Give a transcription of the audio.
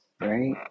right